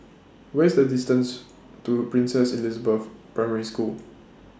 What IS The distance to Princess Elizabeth Primary School